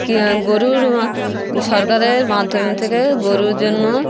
কি গরুর সরকারের মাধ্যম থেকে গরুর জন্য